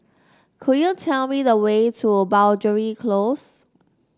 could you tell me the way to Boundary Close